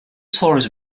tourism